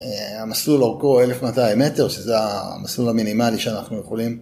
אה... המסלול אורכו 1200 מטר, שזה המסלול המינימלי שאנחנו יכולים...